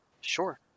Sure